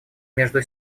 между